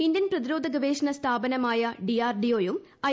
Indian പ്രതിരോധ ഗവേഷണ സ്ഥാപനമായു ഐ